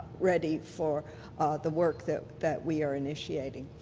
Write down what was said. ready for the work that that we are initiating.